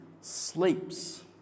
sleeps